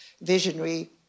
visionary